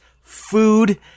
food